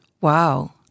Wow